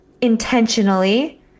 intentionally